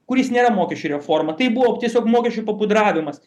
kuris nėra mokesčių reforma tai buvo tiesiog mokesčių papudravimas